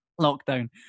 lockdown